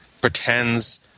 pretends